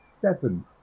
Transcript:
seven